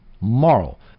moral